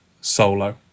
solo